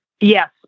yes